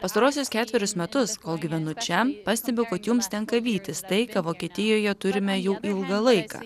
pastaruosius ketverius metus kol gyvenu čia pastebiu kad jums tenka vytis tai ką vokietijoje turime jau ilgą laiką